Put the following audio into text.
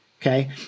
okay